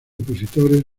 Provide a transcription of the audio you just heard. opositores